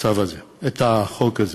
הצו הזה, את החוק הזה.